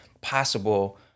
possible